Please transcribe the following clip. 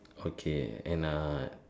okay and ah